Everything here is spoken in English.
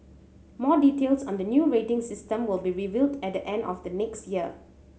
more details on the new rating system will be revealed at the end of next year